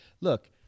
Look